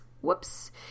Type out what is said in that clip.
whoops